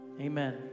Amen